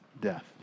death